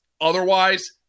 Otherwise